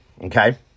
okay